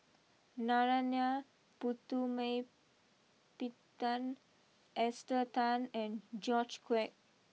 Narana Putumaippittan Esther Tan and George Quek